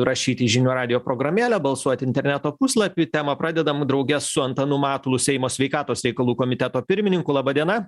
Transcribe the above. rašyti į žinių radijo programėlę balsuoti interneto puslapy temą pradedam drauge su antanu matulu seimo sveikatos reikalų komiteto pirmininku laba diena